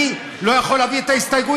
אני לא יכול להביא את ההסתייגויות,